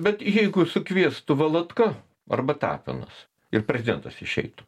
bet jeigu sukviestų valatka arba tapinas ir prezidentas išeitų